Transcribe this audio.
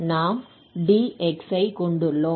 நாம் dx ஐ கொண்டுள்ளோம்